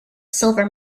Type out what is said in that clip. silver